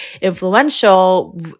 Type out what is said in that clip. influential